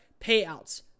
payouts